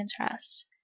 interest